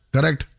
Correct